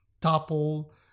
topple